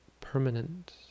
permanent